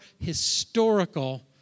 historical